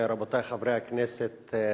רבותי חברי הכנסת,